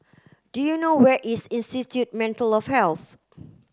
do you know where is Institute Mental of Health